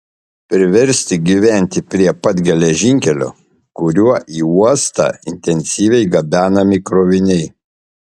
priversti gyventi prie pat geležinkelio kuriuo į uostą intensyviai gabenami kroviniai